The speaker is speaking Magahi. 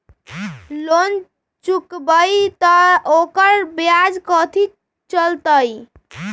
लोन चुकबई त ओकर ब्याज कथि चलतई?